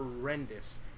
horrendous